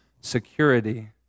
security